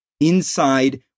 Inside